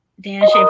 Dan